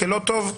כלא טוב?